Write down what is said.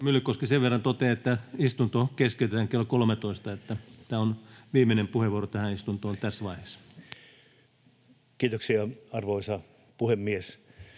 Myllykoski, sen verran totean, että istunto keskeytetään kello 13 ja tämä on viimeinen puheenvuoro tähän istuntoon tässä vaiheessa. Kiitoksia, arvoisa puhemies!